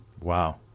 Wow